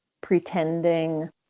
pretending